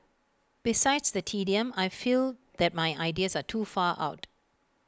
besides the tedium I feel that my ideas are too far out